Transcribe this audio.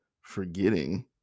Forgetting